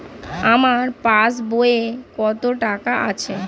আমার পাস বইয়ে কত টাকা আছে?